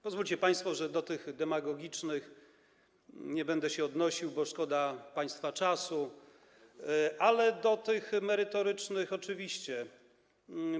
Pozwólcie państwo, że do tych demagogicznych nie będę się odnosił, bo szkoda państwa czasu, ale do tych merytorycznych oczywiście się odniosę.